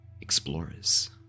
explorers